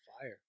fire